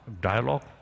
dialogue